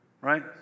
Right